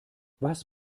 was